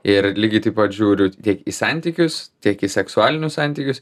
ir lygiai taip pat žiūriu tiek į santykius tiek į seksualinius santykius